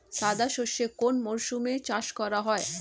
সাদা সর্ষে কোন মরশুমে চাষ করা হয়?